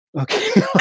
okay